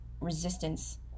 resistance